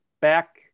back